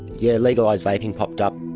yeah, legalise vaping popped up.